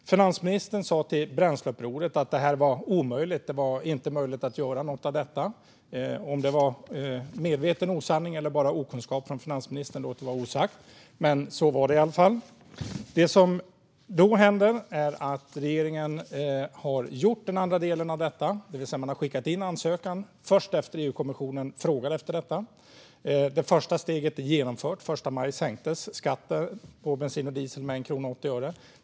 Finansministern sa till Bränsleupproret att det inte var möjligt att göra något av detta. Om han for med medveten osanning eller om det var okunskap från finansministern låter jag vara osagt. Men det första steget är nu genomfört. Den 1 maj sänktes skatten på bensin och diesel med 1 krona och 80 öre, och nu har regeringen tagit det andra steget och skickat in en ansökan till EU, dock först efter att EU-kommissionen frågade efter den.